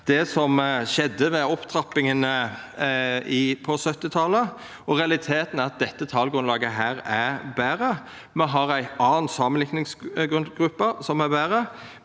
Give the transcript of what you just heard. det som skjedde ved opptrappinga på 1970-talet, og realiteten er at dette talgrunnlaget er betre. Me har ei anna samanlikningsgruppe, som er betre.